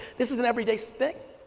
this is an everyday so thing.